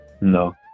No